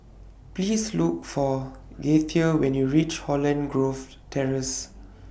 Please Look For Gaither when YOU REACH Holland Grove Terrace